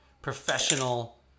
professional